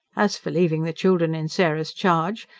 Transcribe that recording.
as for leaving the children in sarah's charge,